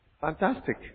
Fantastic